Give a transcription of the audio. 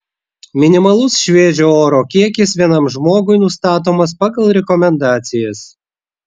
minimalus šviežio oro kiekis vienam žmogui nustatomas pagal rekomendacijas